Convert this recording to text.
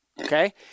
okay